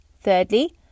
thirdly